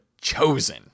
Chosen